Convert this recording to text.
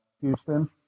Houston